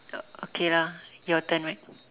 okay lah your turn right